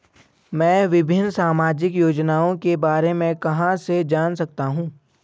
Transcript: मैं विभिन्न सामाजिक योजनाओं के बारे में कहां से जान सकता हूं?